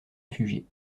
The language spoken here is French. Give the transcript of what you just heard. réfugiés